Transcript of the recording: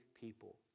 people